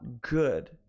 good